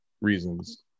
reasons